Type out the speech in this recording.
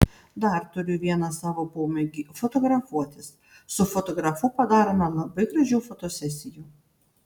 dar turiu vieną savo pomėgį fotografuotis su fotografu padarome labai gražių fotosesijų